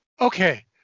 Okay